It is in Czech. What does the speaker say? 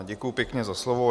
Děkuji pěkně za slovo.